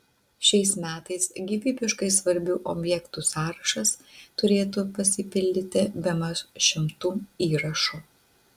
šiais metais gyvybiškai svarbių objektų sąrašas turėtų pasipildyti bemaž šimtu įrašų